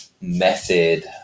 method